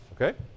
Okay